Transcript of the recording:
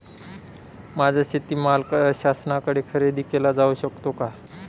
माझा शेतीमाल शासनाकडे खरेदी केला जाऊ शकतो का?